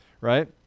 right